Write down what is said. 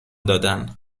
دادن